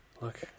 look